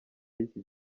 y’iki